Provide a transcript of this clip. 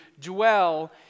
dwell